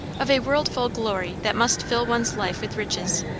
of a world-full glory that must fill one's life with riches,